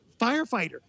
firefighter